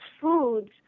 foods